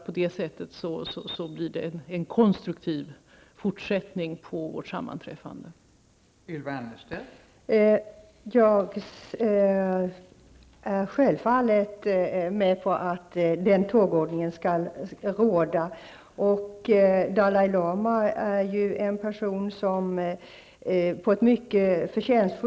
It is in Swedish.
På det sättet tror jag att vårt sammanträffande blir konstruktivt.